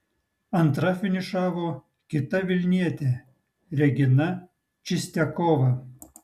antra finišavo kita vilnietė regina čistiakova